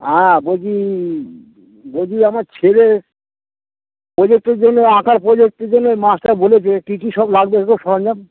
হ্যাঁ বলছি বৌদি আমার ছেলে প্রজেক্টের জন্য আঁকার প্রজেক্টের জন্যে মাস্টার বলেছে কী কী সব লাগবে ওসব সরঞ্জাম